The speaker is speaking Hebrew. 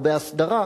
או בהסדרה,